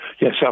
Yes